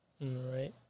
Right